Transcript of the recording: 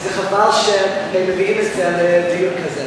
וחבל שהם מביאים את זה לדיון כזה.